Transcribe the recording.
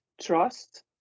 trust